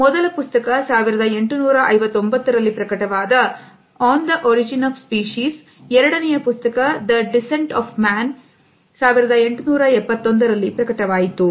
ಮೊದಲ ಪುಸ್ತಕ 1859 ರಲ್ಲಿ ಪ್ರಕಟವಾದ on the origin of species ಎರಡನೆಯ ಪುಸ್ತಕ the Descent of man 1871 ರಲ್ಲಿ ಪ್ರಕಟವಾಯಿತು